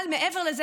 אבל מעבר לזה,